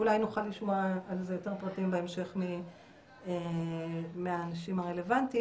אולי נוכל לשמוע על זה יותר פרטים בהמשך מהאנשים הרלוונטיים.